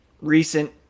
recent